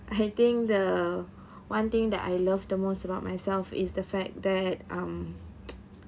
I think the one thing that I love the most about myself is the fact that um